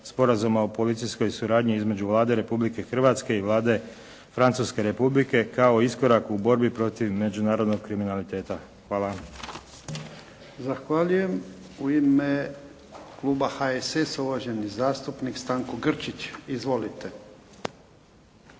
Sporazuma o policijskoj suradnji između Vlade Republike Hrvatske i Vlade Francuske Republike kao iskorak u borbi protiv međunarodnog kriminaliteta. Hvala. **Jarnjak, Ivan (HDZ)** Zahvaljujem. U ime kluba HSS-a, uvaženi zastupnik Stanko Grčić. Izvolite.